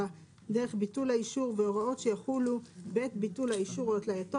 דרך ביטול האישור וההוראות שיחולו בעת ביטול האישור והתנייתו